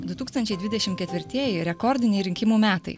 du tūkstančiai dvidešim ketvirtieji rekordiniai rinkimų metai